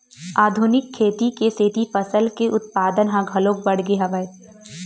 आधुनिक खेती के सेती फसल के उत्पादन ह घलोक बाड़गे हवय